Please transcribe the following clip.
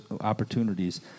opportunities